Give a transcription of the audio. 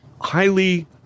highly